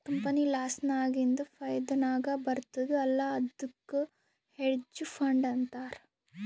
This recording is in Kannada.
ಕಂಪನಿ ಲಾಸ್ ನಾಗಿಂದ್ ಫೈದಾ ನಾಗ್ ಬರ್ತುದ್ ಅಲ್ಲಾ ಅದ್ದುಕ್ ಹೆಡ್ಜ್ ಫಂಡ್ ಅಂತಾರ್